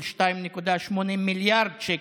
של 2.8 מיליארד שקל,